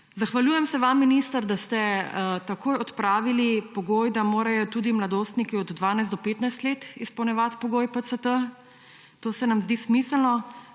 Zahvaljujem se vam, minister, da ste takoj odpravili pogoj, da morajo tudi mladostniki od 12. do 15. leta starosti izpolnjevati pogoj PCT, to se nam zdi smiselno.